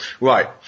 right